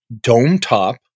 dome-top